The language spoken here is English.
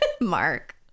Mark